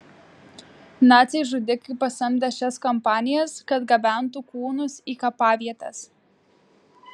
naciai žudikai pasamdė šias kompanijas kad gabentų kūnus į kapavietes